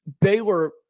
Baylor